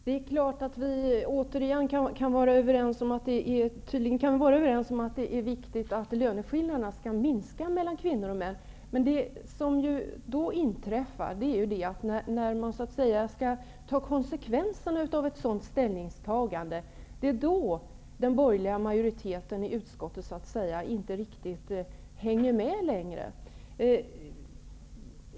Herr talman! Vi kan tydligen vara överens om att det är viktigt att löneskillnaderna mellan kvinnor och män skall minska. Men när man skall ta konsekvenserna av ett sådant ställningstagande, då hänger den borgerliga majoriteten i utskottet inte längre riktigt med.